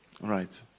right